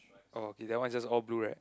oh K that one is just all blue right